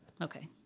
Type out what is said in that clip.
Okay